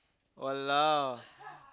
!walao!